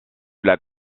lac